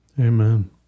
Amen